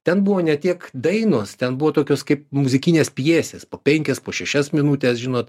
ten buvo ne tiek dainos ten buvo tokios kaip muzikinės pjesės po penkias po šešias minutes žinot